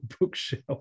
bookshelf